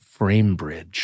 Framebridge